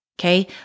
Okay